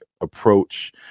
approach